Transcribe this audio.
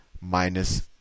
minus